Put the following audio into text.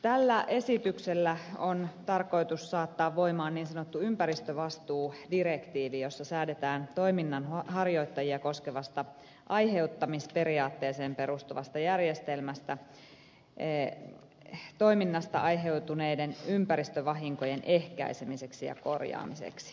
tällä esityksellä on tarkoitus saattaa voimaan niin sanottu ympäristövastuudirektiivi jossa säädetään toiminnanharjoittajia koskevasta aiheuttamisperiaatteeseen perustuvasta järjestelmästä toiminnasta aiheutuneiden ympäristövahinkojen ehkäisemiseksi ja korjaamiseksi